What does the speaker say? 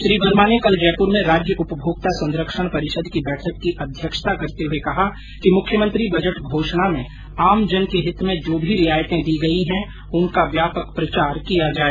श्री वर्मा ने कल जयपुर में राज्य उपभोक्ता संरक्षण परिषद की बैठक की अध्यक्षता करते हुए कहा कि मुख्यमंत्री बजट घोषणा में आमजन के हित में जो भी रियायतें दी गई है उनका व्यापक प्रचार किया जाए